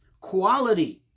quality